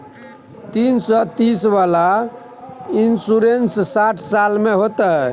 तीन सौ तीस वाला इन्सुरेंस साठ साल में होतै?